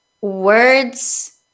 words